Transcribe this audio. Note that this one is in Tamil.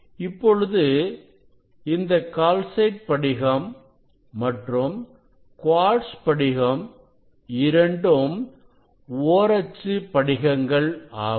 இப்பொழுது இந்த கால்சைட் படிகம் மற்றும் குவார்ட்ஸ் படிகம் இரண்டும் ஓரச்சுப் படிகங்கள் ஆகும்